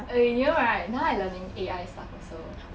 err you know right now I learning A_I stuff also